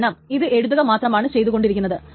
കാരണം ഇത് എഴുതുക മാത്രമാണ് ചെയ്തു കൊണ്ടിരിക്കുന്നത്